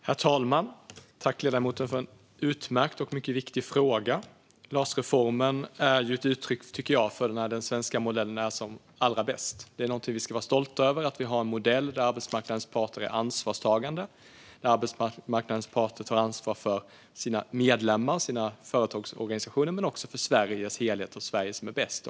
Herr talman! Tack, ledamoten, för en utmärkt och mycket viktig fråga! LAS-reformen tycker jag är ett uttryck för när den svenska modellen är som allra bäst. Vi ska vara stolta över att vi har en modell där arbetsmarknadens parter är ansvarstagande och tar ansvar för sina medlemmar och företagsorganisationer men också för Sveriges helhet och bästa.